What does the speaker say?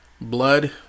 Blood